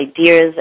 ideas